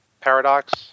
paradox